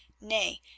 Nay